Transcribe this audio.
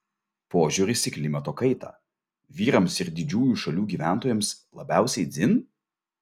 požiūris į klimato kaitą vyrams ir didžiųjų šalių gyventojams labiausiai dzin